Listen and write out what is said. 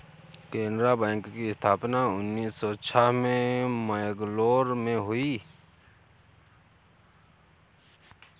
Canara bank की स्थापना उन्नीस सौ छह में मैंगलोर में हुई